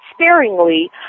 sparingly